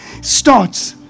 starts